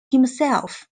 himself